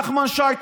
נחמן שי,